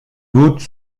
goutte